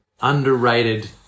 underrated